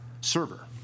server